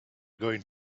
going